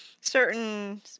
certain